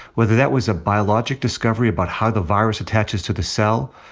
whether that was a biologic discovery about how the virus attaches to the cell,